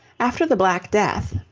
after the black death,